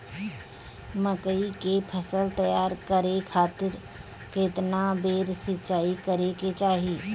मकई के फसल तैयार करे खातीर केतना बेर सिचाई करे के चाही?